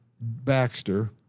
Baxter